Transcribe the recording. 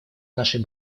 нашей